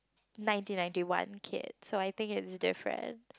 nineteen ninety one kid so I think it's different